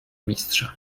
mistrza